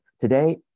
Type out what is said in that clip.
today